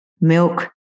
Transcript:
milk